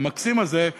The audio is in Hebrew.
המקסים הזה,